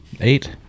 Eight